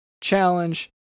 challenge